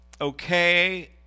okay